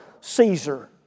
Caesar